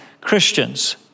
Christians